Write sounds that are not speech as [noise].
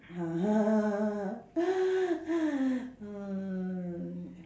[laughs]